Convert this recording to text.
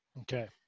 Okay